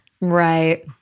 Right